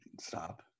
stop